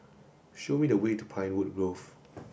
show me the way to Pinewood Grove